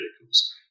vehicles